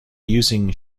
using